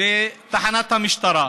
לתחנת המשטרה,